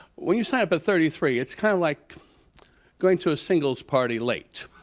when you sign at but thirty three, it's kind of like going to a singles party late.